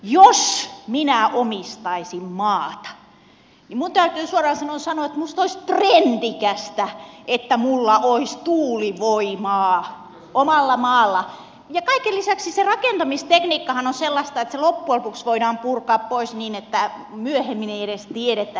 jos minä omistaisin maata niin minun täytyy suoraan sanoen sanoa että minusta olisi trendikästä että minulla olisi tuulivoimaa omalla maalla ja kaiken lisäksi se rakentamistekniikkahan on sellaista että se loppujen lopuksi voidaan purkaa pois niin että myöhemmin ei edes tiedetä että siellä on ollut